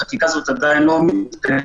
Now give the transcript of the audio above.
החקיקה הזאת עדיין לא ---.